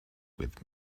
with